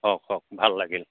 হওক হওক ভাল লাগিল